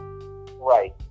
right